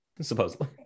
supposedly